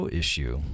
issue